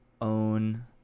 own